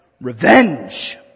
revenge